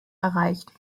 erreicht